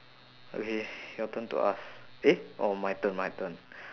okay your turn to ask eh oh my turn my turn